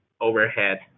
overhead